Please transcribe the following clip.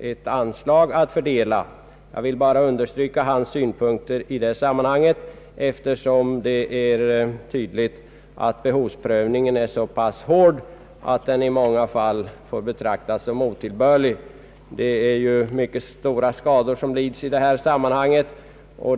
ett anslag att fördela. Jag vill än en gång understryka herr Olssons synpunkter i detta sammanhang, eftersom det är tydligt att behovsprövningen är så pass hård att den i många fall måste betraktas såsom otillbörlig. Skadorna är ju ofta mycket stora.